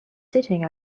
sitting